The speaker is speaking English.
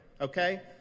Okay